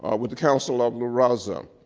with the council of la reza,